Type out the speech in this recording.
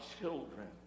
children